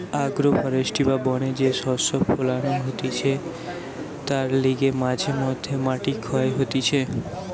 agro forestry বা বনে যে শস্য ফোলানো হতিছে তার লিগে মাঝে মধ্যে মাটি ক্ষয় হতিছে